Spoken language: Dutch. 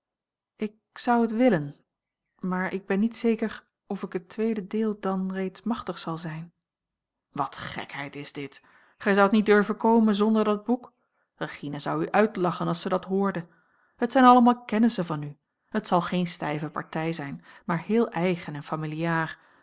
ik zou het willen maar ik ben niet zeker of ik het tweede deel dan reeds machtig zal zijn wat gekheid is dit gij zoudt niet durven komen zonder dat boek regina zou u uitlachen als ze dat hoorde het zijn allemaal kennissen van u het zal geen stijve partij zijn maar heel eigen en familiaar